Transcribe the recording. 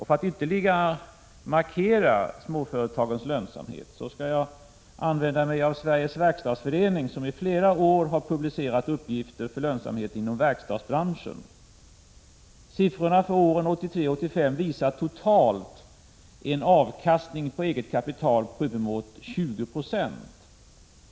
För att ytterligare markera småföretagens lönsamhet skall jag använda mig av uppgifter från Sveriges verkstadsförening, som i flera år har publicerat sådana avseende lönsamheten inom verkstadsbranschen. Siffrorna för åren 1983-1985 visar totalt en avkastning på eget kapital på uppemot 20 96.